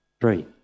Three